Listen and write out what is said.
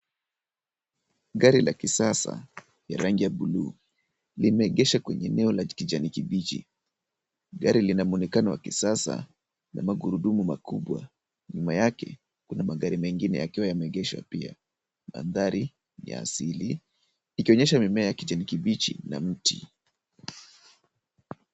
Gari ya kisasa ya rangi ya buluu, limeegeshwa kwenye eneo la kijani kibichi. Gari lina mwonekano wa kisasa na magurudumu makubwa. Nyuma yake kuna magari mengine yakiwa yameegeshwa pia. Mandhari ni ya asili, ikionyesha mimea ya kijani kibichi na mti.